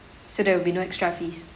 so there'll be no extra fees